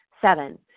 Seven